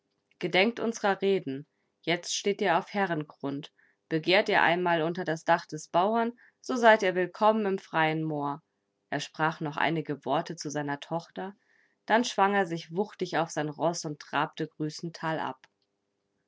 gedenkt unserer reden jetzt steht ihr auf herrengrund begehrt ihr einmal unter das dach des bauern so seid ihr willkommen im freien moor er sprach noch einige worte zu seiner tochter dann schwang er sich wuchtig auf sein roß und trabte grüßend talab